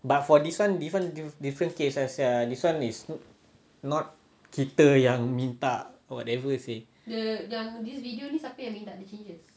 but for this [one] different different case sia this [one] is not kita yang minta whatever seh